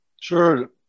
Sure